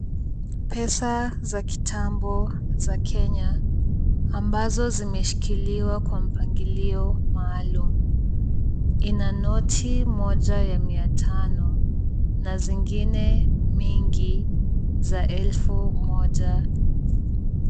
Pesa za kitambo za Kenya ambazo zimeshikiliwa kwa mpangilio maalum. Ina noti moja ya mia tano na zingine mingi za elfu moja.